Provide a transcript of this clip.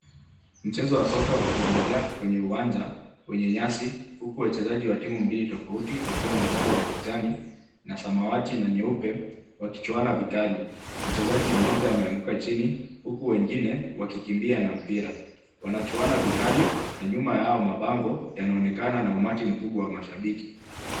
Mchezo wa soka ukiendelea kwenye uwanja wenye nyasi, huku wachezaji wa timu mbili tofauti wakiwa na sare za kijani na samawati na nyeupe wakichuana vikali. Mchezaji mmoja wameanguka chini, huku wengine wakikimbia na mpira, wanachuana vikali na nyuma yao mabango yanaonekana na umati mkubwa wa mashabiki.